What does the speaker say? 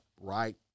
right